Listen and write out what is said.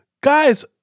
guys